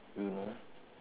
you know